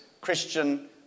Christian